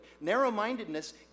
Narrow-mindedness